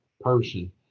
person